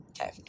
Okay